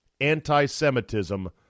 anti-semitism